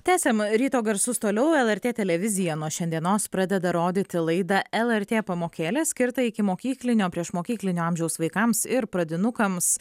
tęsiam ryto garsus toliau lrt televizija nuo šiandienos pradeda rodyti laidą lrt pamokėlės skirtą ikimokyklinio priešmokyklinio amžiaus vaikams ir pradinukams